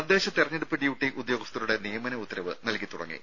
തദ്ദേശ തെരഞ്ഞെടുപ്പ് ഡ്യൂട്ടി ഉദ്യോഗസ്ഥരുടെ നിയ മന ഉത്തരവ് നൽകിത്തുടങ്ങി